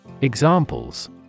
Examples